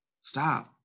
stop